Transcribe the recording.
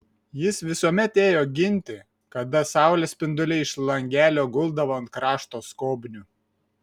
jis visuomet ėjo ginti kada saulės spinduliai iš langelio guldavo ant krašto skobnių